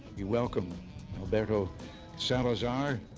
we welcome alberto salazar,